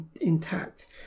intact